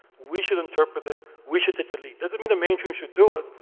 we should interpret it, we should take the lead. doesn't mean the mainstream should do us.